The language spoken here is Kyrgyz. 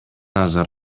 азыр